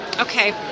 Okay